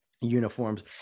uniforms